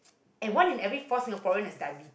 and one in every four Singaporean has diabetes